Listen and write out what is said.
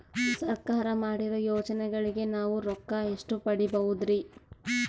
ಸರ್ಕಾರ ಮಾಡಿರೋ ಯೋಜನೆಗಳಿಗೆ ನಾವು ರೊಕ್ಕ ಎಷ್ಟು ಪಡೀಬಹುದುರಿ?